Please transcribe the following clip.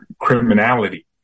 criminality